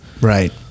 Right